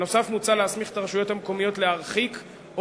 נוסף על כך מוצע להסמיך את הרשויות המקומיות להרחיק או